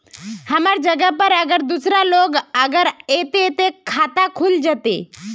हमर जगह पर अगर दूसरा लोग अगर ऐते ते खाता खुल जते?